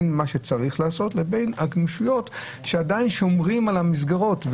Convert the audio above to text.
שצריך לעשות כאשר עדיין שומרים על המסגרות.